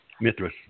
Mithras